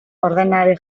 ordenari